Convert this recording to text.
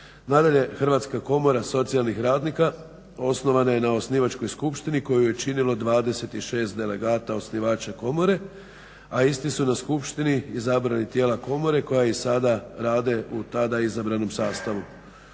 Nadalje, Hrvatska komora socijalnih radnika osnovana je na osnivačkoj skupštini koju je činilo 26 delegata osnivača komore, a isti su na skupštini izabrali tijela komore koja i sada rade u tada izabranom sastavu.